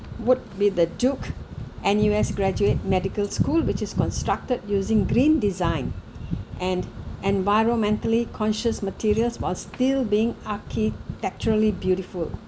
would be the duke N_U_S graduate medical school which is constructed using green design and environmentally conscious materials while still being architecturally beautiful